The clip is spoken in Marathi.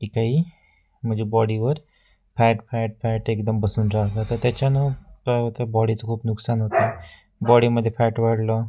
की काही म्हणजे बॉडीवर फॅट फॅट फॅट एकदम बसून राहतं तर त्याच्यानं काय होत बॉडीचं खूप नुकसान होतं बॉडीमध्ये फॅट वाढलं